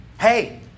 Hey